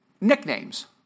nicknames